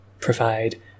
provide